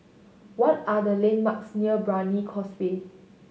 what are the landmarks near Brani Causeway